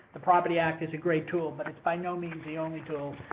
the property act is a great tool but it's by no means the only tool.